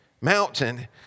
mountain